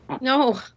No